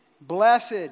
Blessed